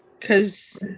Cause